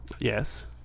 Yes